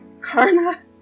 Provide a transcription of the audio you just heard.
karna